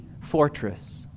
fortress